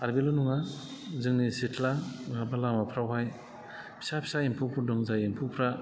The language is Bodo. आरो बेल' नङा जोंनि सिथ्ला हाबग्रा लामाफोरावहाय फिसा फिसा एम्फौफोर दं जाय एम्फौफ्रा